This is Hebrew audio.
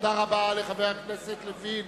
תודה רבה לחבר הכנסת לוין.